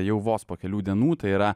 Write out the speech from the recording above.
jau vos po kelių dienų tai yra